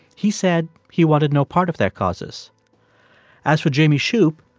he said he wanted no part of their causes as for jamie shupe,